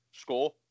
Score